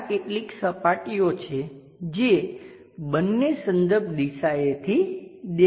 ત્યાં કેટલીક સપાટીઓ છે જે બંને સંદર્ભ દિશાએથી દેખાય છે